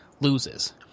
loses